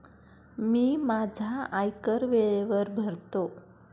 मी माझा आयकर वेळेवर भरतो